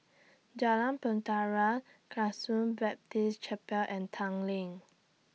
Jalan Bahtera Baptist Chapel and Tanglin